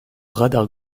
radar